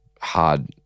hard